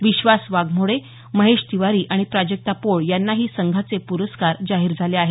विश्वास वाघमोडे महेश तिवारी आणि प्राजक्ता पोळ यांनाही संघाचे प्रस्कार जाहीर झाले आहेत